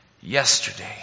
yesterday